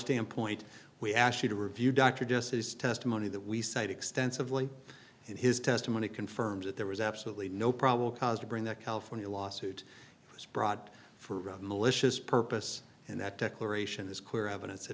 standpoint we actually to review dr just his testimony that we cite extensively in his testimony confirms that there was absolutely no probable cause to bring that california law suit was brought for malicious purpose and that declaration is clear evidence that